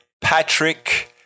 Patrick